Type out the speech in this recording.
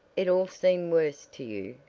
it all seemed worse to you,